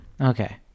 Okay